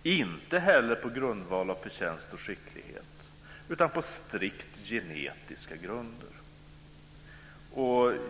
och inte heller på grundval av förtjänst och skicklighet utan på strikt genetiska grunder.